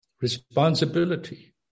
responsibility